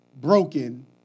broken